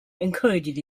encourages